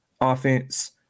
offense